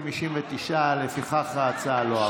59. לפיכך ההצעה לא עברה.